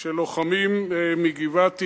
של לוחמים מ"גבעתי"